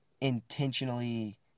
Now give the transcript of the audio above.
intentionally